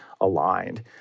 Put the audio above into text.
aligned